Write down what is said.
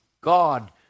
God